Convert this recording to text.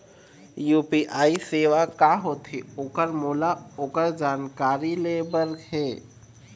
UPI सेवा का होथे ओकर मोला ओकर जानकारी ले बर हे?